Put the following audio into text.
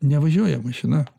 nevažiuoja mašina